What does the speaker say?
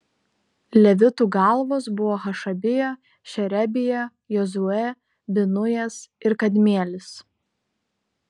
levitų galvos buvo hašabija šerebija jozuė binujas ir kadmielis